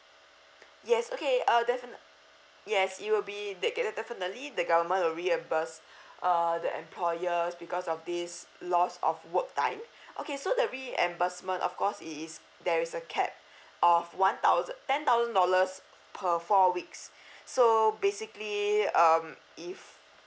yes okay uh definite yes it will be get the definitely the government will reimburse uh the employers because of this loss of work time okay so the reimbursement of course it is there's a cap of one thousand ten thousand dollars per four weeks so basically um if